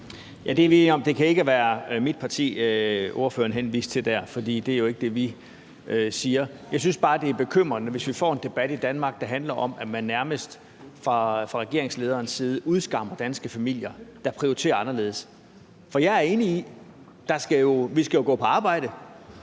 det kan ikke være mit parti, ordføreren henviste til der, for det er jo ikke det, vi siger. Jeg synes bare, det er bekymrende, hvis vi får en debat i Danmark, der handler om, at man nærmest fra regeringslederens side udskammer danske familier, der prioriterer anderledes. For jeg er enig i, at vi jo skal gå på arbejde,